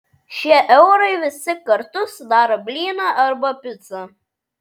šie eurai visi kartu sudaro blyną arba picą